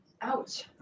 Ouch